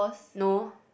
no